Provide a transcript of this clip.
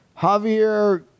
Javier